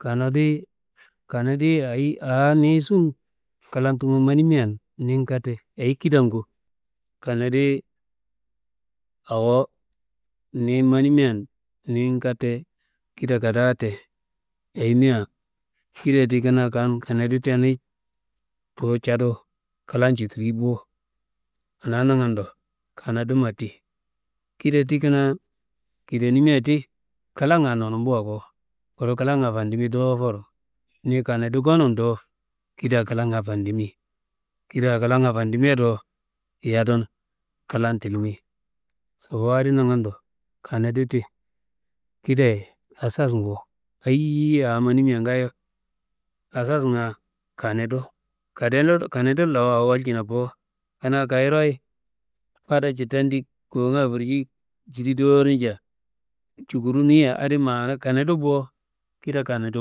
Kanadiyi kanadiyi aa ni sun klan tumu manimen, nin katte ayi kidangu? Kanadiyi awo niyi manimen nin katte kida kadaa te, ayimia kida ti kanaa kan kanadi tenu tuwu cadu klan citilli bo, anaa nangando kanadi matti. Kida ti kanaa kidenimia ti klanga nonumbuwa ko, kuru klanga fandimiro dowoforo niyi kanadi ngonun do klanga fandimi, kida klanga fandimia do yadun klanga tilimi. Sobowo adi nangando kanadi ti kidaye asasngu, ayiye awo manimia ngayo asasnga kanedu, kanedu lawu awo wacina bo, kanaa kayiroyi fada citandi kawungayi furci cidi dowo nja cukuru nuyia adi ma kanadi bo, kida kanadi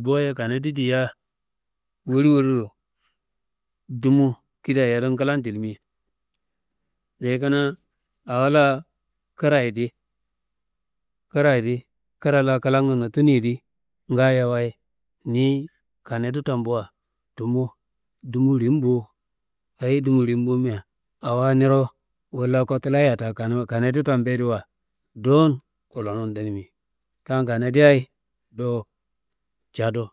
boye kanadi diyiya woli wolliro dumu kida yadun klan tilimi. Dayi kanaa awo la kraye di kraye di, kra la klangu notunuye di, ngaayowaye niyi kanedu tambua tumu dumu lim bo, ayi dumu lim bomea awa niro walla kotulaya da kanuma kanedu tambuyediwa dowun kulonumu dunimi, kan kanadeayi do cadu.